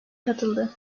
katıldı